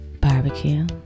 barbecue